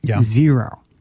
zero